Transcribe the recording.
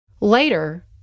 Later